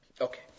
Okay